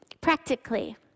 Practically